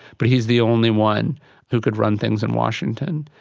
but he's the only one who could run things in washington.